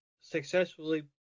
successfully